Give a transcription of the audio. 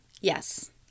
Yes